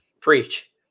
Preach